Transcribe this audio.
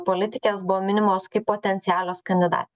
politikės buvo minimos kaip potencialios kandidatės